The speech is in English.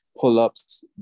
pull-ups